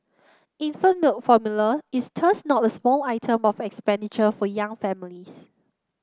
infant milk formula is not a small item of expenditure for young families